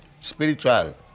spiritual